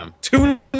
Two